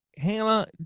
Hannah